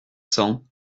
cents